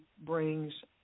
brings